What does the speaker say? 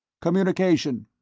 communication.